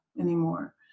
anymore